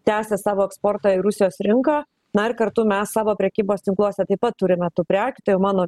tęsia savo eksportą į rusijos rinką na ir kartu mes savo prekybos tinkluose taip pat turime tų prekių tai jau mano